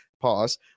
pause